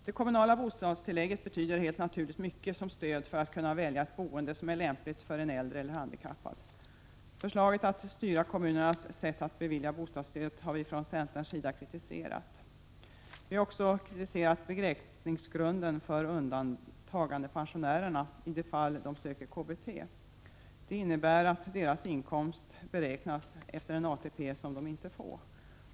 Det kommunala bostadstillägget betyder helt naturligt mycket som stöd för att kunna välja ett boende som är lämpligt för en äldre eller handikappad. Förslaget att styra kommunernas sätt att bevilja bostadsstöd har vi från centerns sida kritiserat. Vi har också kritiserat beräkningsgrunden för undantagandepensionärerna i de fall de söker KBT. Deras inkomst beräknas efter en ATP som de inte får.